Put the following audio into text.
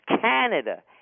Canada